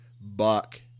buck